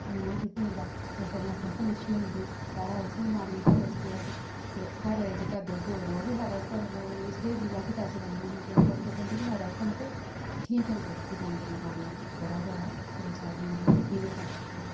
जमीनै च सुट्टी औंदा इसदे कन्नै फसल अच्छी होई जंदी बाह्रां उसदी बमारियां शा बचदे अस ते घरे च जेह्का दुद्ध होग तां ओह् बी साढ़े आस्तै मतलब कि उसदे अलग पैसै बनी जाने ते उसदे आस्तै केह् होंदा कि साढ़े आस्तै मतलब ठीक गै होंदा जानवरें गी पालना इक बड़ा गै इक मतलब ठीक ऐ साढ़े आस्तै